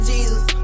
Jesus